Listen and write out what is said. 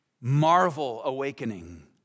marvel-awakening